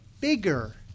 Bigger